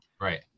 Right